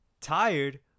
tired